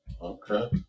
Okay